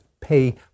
pay